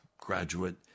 graduate